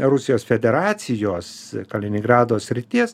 rusijos federacijos kaliningrado srities